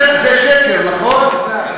זה שקר, נכון?